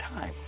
time